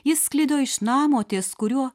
jis sklido iš namo ties kuriuo